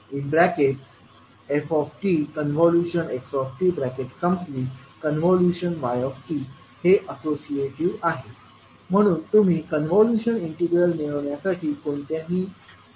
हे असोशीएटिव्ह आहे म्हणून तुम्ही कॉन्व्होल्यूशन इंटिग्रल मिळविण्यासाठी कोणतीही एक पद्धत वापरु शकता